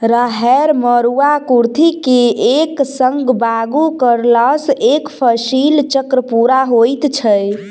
राहैड़, मरूआ, कुर्थी के एक संग बागु करलासॅ एक फसिल चक्र पूरा होइत छै